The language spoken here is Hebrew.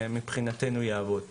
מבחינתנו כך יעבוד התהליך.